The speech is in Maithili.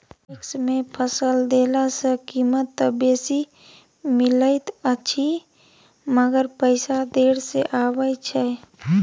पैक्स मे फसल देला सॅ कीमत त बेसी मिलैत अछि मगर पैसा देर से आबय छै